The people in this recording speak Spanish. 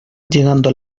llegando